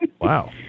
Wow